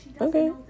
Okay